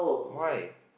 why